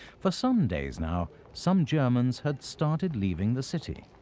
for some days now, some germans had started leaving the city.